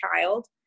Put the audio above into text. child